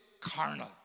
carnal